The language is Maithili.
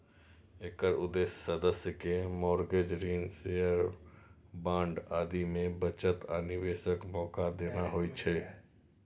एकर उद्देश्य सदस्य कें मार्गेज, ऋण, शेयर, बांड आदि मे बचत आ निवेशक मौका देना होइ छै